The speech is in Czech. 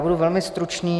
Budu velmi stručný.